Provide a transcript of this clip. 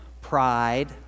pride